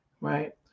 right